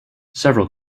several